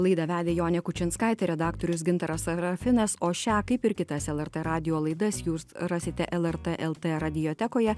laidą vedė jonė kučinskaitė redaktorius gintaras serafinas o šią kaip ir kitas lrt radijo laidas jūs rasite lrt el t radijotekoje